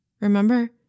Remember